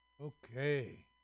Okay